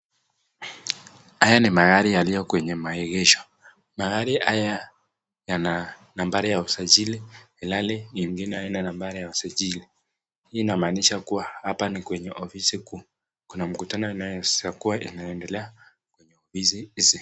Hay ni magari yaliyo kwenye maegesho. Magari haya yana nambari ya usajili, ilhali nyengine haina nambari ya usajili. Hii inamaanisha kuwa hapa ni kwenye ofisi kuu . Kuna mkutano inaweza kuwa inaendelea hizi hizi.